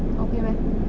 okay meh